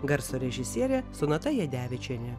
garso režisierė sonata jadevičienė